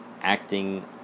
acting